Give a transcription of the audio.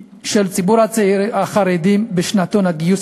של הציבור החרדי בשנתון הגיוס,